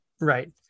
right